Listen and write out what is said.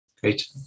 Great